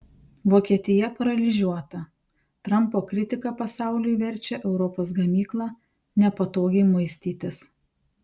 vokietija paralyžiuota trampo kritika pasauliui verčia europos gamyklą nepatogiai muistytis